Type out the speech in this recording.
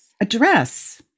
Address